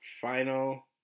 final